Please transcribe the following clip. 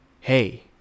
hey